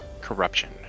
Corruption